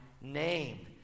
name